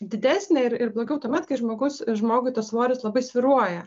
didesnė ir ir blogiau tuomet kai žmogus žmogui tas svoris labai svyruoja